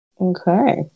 Okay